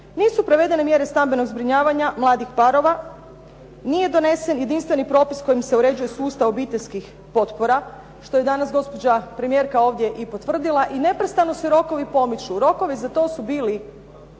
Nisu provedene mjere stambenog zbrinjavanja mladih parova, nije donesen jedinstveni propis kojim se uređuje sustav obiteljskih potpora, što je danas gospođa premijerka ovdje i potvrdila i neprestano se rokovi pomiču. Rokovi za to su bili